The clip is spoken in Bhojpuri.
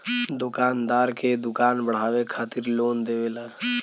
दुकानदार के दुकान बढ़ावे खातिर लोन देवेला